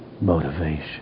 motivation